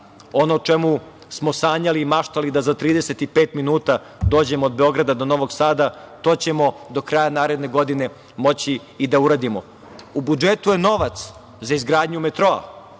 Ono o čemu smo sanjali i maštali, da za 35 minuta dođemo od Beograda do Novog Sada, to ćemo do kraja naredne godine moći i da uradimo.U budžetu je novac za izgradnju metroa.